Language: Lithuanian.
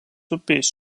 upės